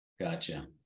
Gotcha